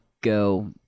go